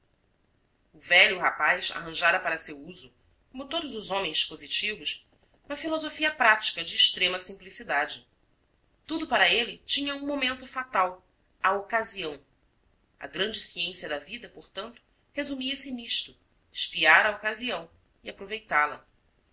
velho rapaz arranjara para seu uso como todos os homens positivos uma filosofia prática de extrema simplicidade tudo para ele tinha um momento fatal a ocasião a grande ciência da vida portanto resumia se nisto espiar a ocasião e aproveitá la